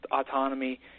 autonomy